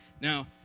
Now